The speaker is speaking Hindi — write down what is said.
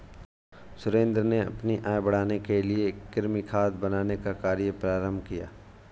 सुरेंद्र ने अपनी आय बढ़ाने के लिए कृमि खाद बनाने का कार्य प्रारंभ किया